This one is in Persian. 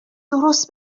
درست